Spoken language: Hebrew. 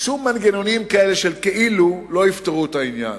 שום מנגנונים כאלה של כאילו לא יפתרו את הבעיה,